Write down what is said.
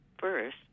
first